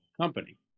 company